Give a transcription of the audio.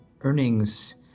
earnings